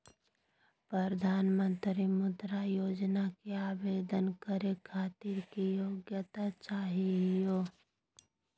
प्रधानमंत्री मुद्रा योजना के आवेदन करै खातिर की योग्यता चाहियो?